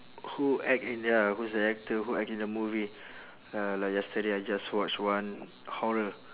who act in ya who's the actor who act in the movie uh like yesterday I just watch one horror